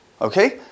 okay